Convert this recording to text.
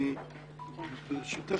ברשותך,